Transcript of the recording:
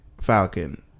Falcon